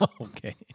okay